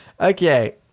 Okay